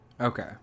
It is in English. Okay